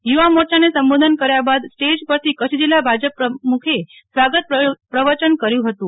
યુવા મોરચાને સંબોધન કર્યાબાદ સ્ટેજ પરથી કચ્છ જિલ્લા ભાજપ પ્રમુખે સ્વાગત પ્રવચન કર્યું હતું